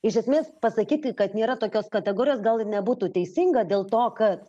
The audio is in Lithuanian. iš esmės pasakyti kad nėra tokios kategorijos gal ir nebūtų teisinga dėl to kad